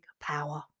power